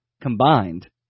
combined